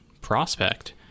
prospect